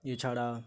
এছাড়া